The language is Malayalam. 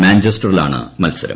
മാഞ്ചസ്റ്ററിലാണ് മത്സരം